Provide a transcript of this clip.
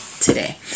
today